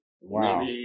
Wow